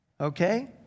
Okay